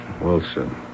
Wilson